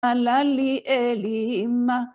עלה לי אלימה.